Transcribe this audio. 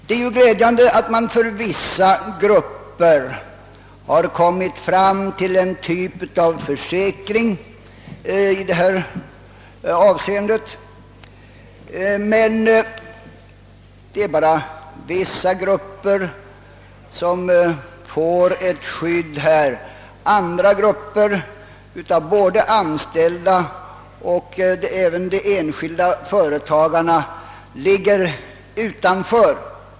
Det är glädjande att man för vissa grupper har kommit fram till en typ av försäkring i det här avseendet, men det är bara vissa grupper som får ett skydd. Andra grupper av både anställda och därjämte de enskilda företagarna ligger utanför.